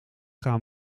gaan